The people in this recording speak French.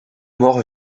morts